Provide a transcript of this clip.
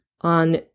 on